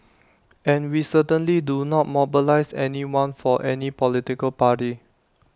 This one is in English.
and we certainly do not mobilise anyone for any political party